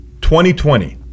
2020